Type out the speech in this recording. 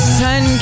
sun